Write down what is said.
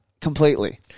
completely